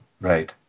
Right